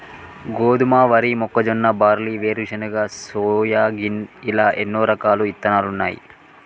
గోధుమ, వరి, మొక్కజొన్న, బార్లీ, వేరుశనగ, సోయాగిన్ ఇలా ఎన్నో రకాలు ఇత్తనాలున్నాయి